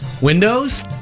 Windows